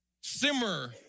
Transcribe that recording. simmer